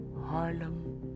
Harlem